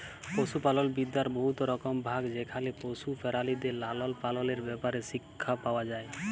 পশুপালল বিদ্যার বহুত রকম ভাগ যেখালে পশু পেরালিদের লালল পাললের ব্যাপারে শিখ্খা পাউয়া যায়